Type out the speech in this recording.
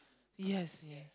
yes yes